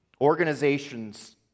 Organizations